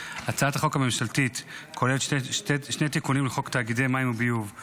לדיון בוועדת הכלכלה לצורך הכנתה לקריאה השנייה והשלישית.